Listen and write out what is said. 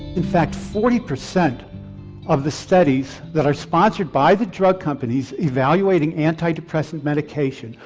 in fact forty percent of the studies that are sponsored by the drug companies evaluating antidepressant medication,